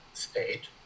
state